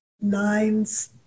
nines